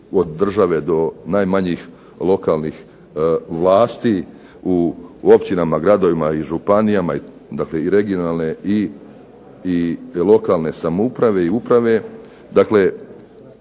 od države do najmanjih lokalnih vlasti, u općinama, gradovima i županijama, dakle i regionalne i lokalne uprave i samouprave